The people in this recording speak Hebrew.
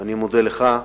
ואני מודה לך,